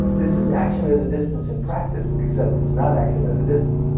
this is action at a distance in practice, except it's not action at a distance.